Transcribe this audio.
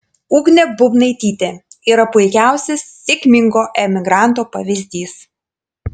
ugnė bubnaitytė yra puikiausias sėkmingo emigranto pavyzdys